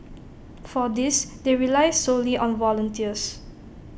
for this they rely solely on volunteers